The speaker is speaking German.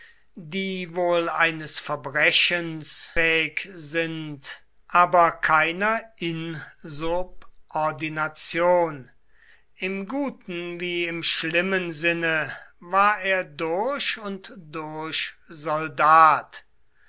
die wohl eines verbrechens fähig sind aber keiner insurbordination im guten wie im schlimmen sinne war er durch und durch soldat